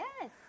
Yes